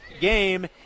game